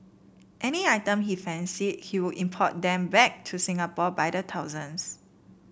any items he fancied he would import them back to Singapore by the thousands